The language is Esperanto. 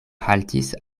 haltis